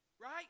right